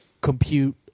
compute